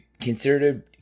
considered